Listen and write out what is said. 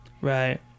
right